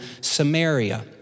Samaria